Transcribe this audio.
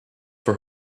for